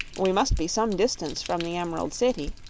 we must be some distance from the emerald city,